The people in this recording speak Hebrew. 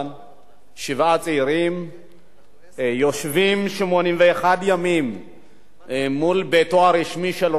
שבעה צעירים יושבים 81 ימים מול ביתו הרשמי של ראש הממשלה,